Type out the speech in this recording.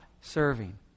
serving